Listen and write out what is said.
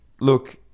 look